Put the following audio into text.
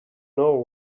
know